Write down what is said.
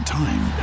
time